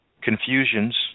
confusions